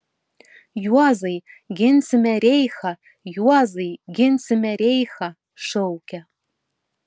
juozai ginsime reichą juozai ginsime reichą šaukia